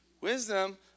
Wisdom